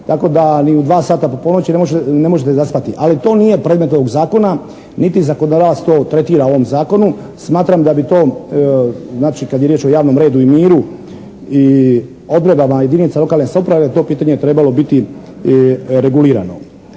tako da ni u 2 sata po ponoći ne možete zaspati. Ali to nije predmet ovog zakona niti zakonodavac to tretira u ovom zakonu. Smatram da bi to, znači kad je riječ o javnom redu i miru i odredbama jedinica lokalne samouprave to pitanje trebalo biti regulirano.